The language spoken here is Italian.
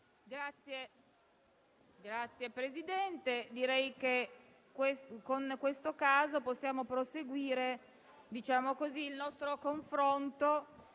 Signor Presidente, direi che con questo caso possiamo proseguire il nostro confronto